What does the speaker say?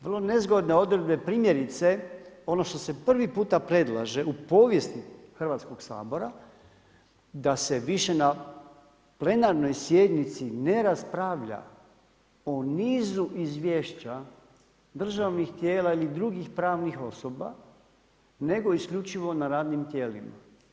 Vrlo nezgodne odredbe primjerice ono što se prvi puta predlaže u povijesti Hrvatskoga sabora da se više na plenarnoj sjednici ne raspravlja o nizu izvješća državnih tijela ili drugih pravnih osoba, nego isključivo na radnim tijelima.